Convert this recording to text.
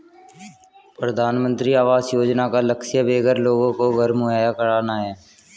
प्रधानमंत्री आवास योजना का लक्ष्य बेघर लोगों को घर मुहैया कराना है